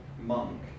monk